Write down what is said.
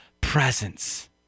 presence